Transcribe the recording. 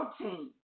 protein